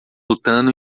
lutando